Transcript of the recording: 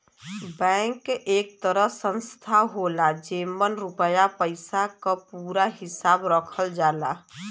bank एक तरह संस्था होला जेमन रुपया पइसा क पूरा हिसाब रखल जाला